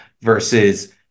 versus